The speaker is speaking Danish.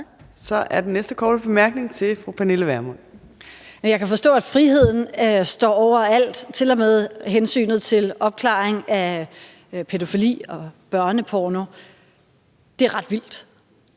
Så er den næste korte bemærkning til fru Pernille Vermund. Kl. 18:56 Pernille Vermund (NB): Men jeg kan forstå, at friheden står over alt, til og med hensynet til opklaringen af pædofili og børneporno. Det er ret vildt,